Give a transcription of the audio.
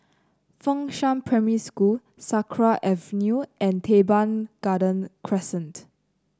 Fengshan Primary School Sakra Avenue and Teban Garden Crescent